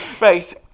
Right